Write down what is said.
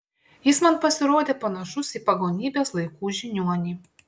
jis man pasirodė panašus į pagonybės laikų žiniuonį